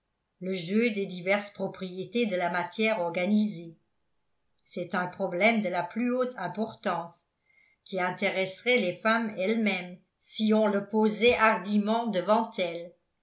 le jeu des diverses propriétés de la matière organisée c'est un problème de la plus haute importance qui intéresserait les femmes elles-mêmes si on le posait hardiment devant elles